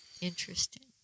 Interesting